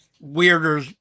weirder